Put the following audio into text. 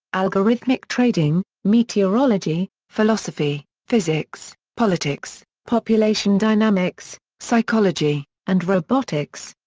algorithmic trading, meteorology, philosophy, physics, politics, population dynamics, psychology, and robotics.